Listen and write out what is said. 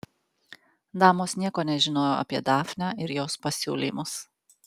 damos nieko nežinojo apie dafnę ir jos pasiūlymus